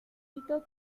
hito